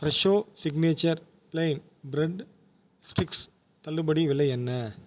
Fresho signature plain bread sticks தள்ளுபடி விலை என்ன